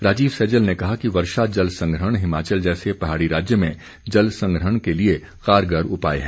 राजीव सैजल ने कहा कि वर्षा जल संग्रहण हिमाचल जैसे पहाड़ी राज्य में जल संग्रहण के लिए कारगर उपाय है